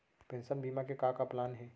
Pension बीमा के का का प्लान हे?